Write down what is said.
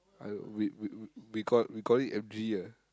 I we we we call it we call it M_G ah